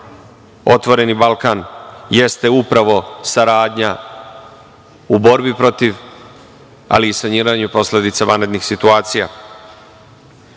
„Otvoreni Balkan“ jeste upravo saradnja u borbi protiv, ali i saniranju posledica vanrednih situacija. Republika